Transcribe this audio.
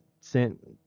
sent